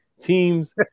teams